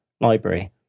library